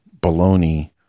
baloney